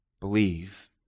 Believe